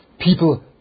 People